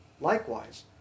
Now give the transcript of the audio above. Likewise